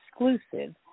exclusive